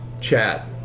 chat